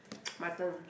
my turn